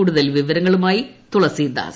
കൂടുതൽ വിവരങ്ങളുമായി തുളസീദാസ്